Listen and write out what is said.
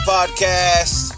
Podcast